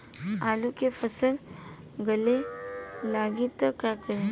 आलू के फ़सल गले लागी त का करी?